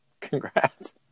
Congrats